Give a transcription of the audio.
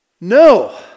No